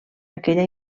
aquella